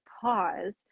pause